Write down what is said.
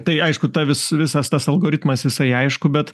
tai aišku ta visas tas algoritmas jisai aišku bet